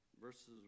verses